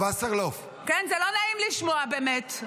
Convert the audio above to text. כן, זה לא נעים לשמוע, באמת.